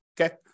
Okay